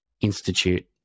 Institute